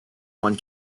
one